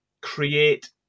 create